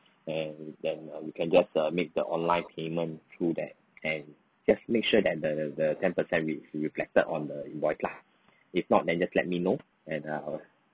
and then uh you can just uh make the online payment through that and just make sure that the the ten percent is reflected on the invoice lah if not then just let me know and uh